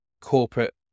corporate